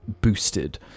boosted